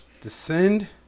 descend